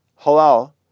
Halal